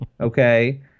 okay